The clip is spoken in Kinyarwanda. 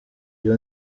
iyo